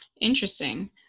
Interesting